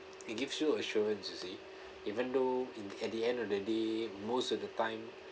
it gives you assurance you see even though in at the end of the day most of the time